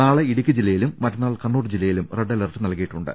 നാളെ ഇടുക്കി ജില്ലയിലും മറ്റ ന്നാൾ കണ്ണൂർ ജില്ലയിലും റെഡ് അലർട്ട് നൽകിയിട്ടുണ്ട്